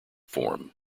form